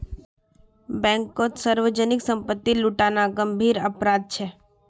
बैंककोत सार्वजनीक संपत्ति लूटना गंभीर अपराध छे